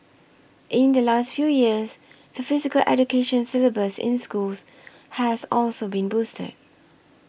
in the last few years the Physical Education syllabus in schools has also been boosted